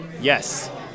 Yes